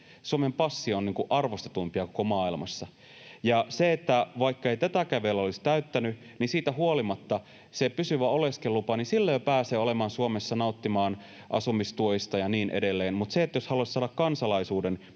Suomen passi on arvostetuimpia koko maailmassa. Ja vaikka ei tätäkään vaatimusta vielä olisi täyttänyt, niin siitä huolimatta pysyvällä oleskeluluvalla jo pääsee olemaan Suomessa, nauttimaan asumistuista ja niin edelleen — mutta sitten, jos haluaisit saada kansalaisuuden,